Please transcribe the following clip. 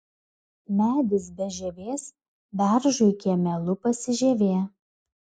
medis be žievės beržui kieme lupasi žievė